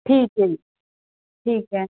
ਠੀਕ ਹੈ ਜੀ ਠੀਕ ਹੈ